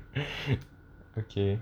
okay